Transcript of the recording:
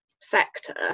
sector